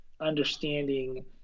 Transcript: understanding